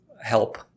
help